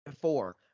four